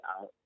out